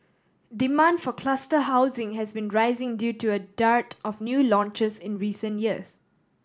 demand for cluster housing has been rising due to a dearth of new launches in recent years